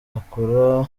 akora